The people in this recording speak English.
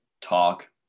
talk